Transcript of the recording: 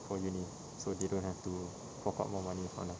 for uni so they don't have to fork out more money for now